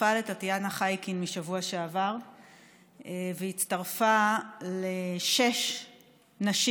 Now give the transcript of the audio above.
הצטרפה לטטיאנה חייקין מהשבוע שעבר והצטרפה לשש נשים